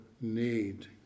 need